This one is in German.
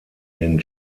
den